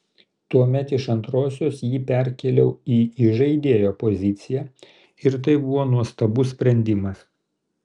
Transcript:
tuomet iš antrosios jį perkėliau į įžaidėjo poziciją ir tai buvo nuostabus sprendimas